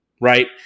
right